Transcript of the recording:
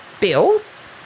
bills